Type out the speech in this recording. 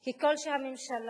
ככל שהממשלה